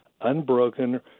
unbroken